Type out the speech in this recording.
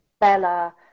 Bella